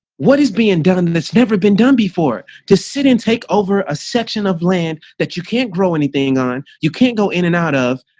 what is being done. and it's never been done before, to sit and take over a section of land that you can't grow anything on. you can't go in and out of.